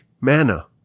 manna